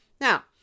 Now